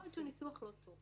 יכול להיות שהניסוח לא טוב.